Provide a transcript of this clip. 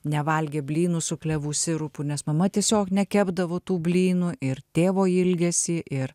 nevalgė blynų su klevų sirupu nes mama tiesiog nekepdavo tų blynų ir tėvo ilgesį ir